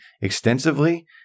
extensively